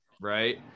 right